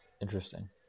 Interesting